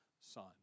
son